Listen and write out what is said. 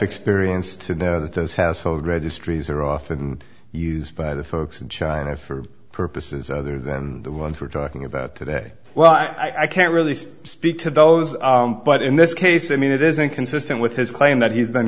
experience to know that those household registries are often used by the folks in china for purposes other than the ones we're talking about today well i can't really speak to those but in this case i mean it is inconsistent with his claim that he's been